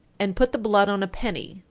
and put the blood on a penny,